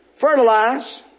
fertilize